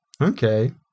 Okay